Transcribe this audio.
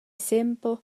sempel